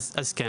כן,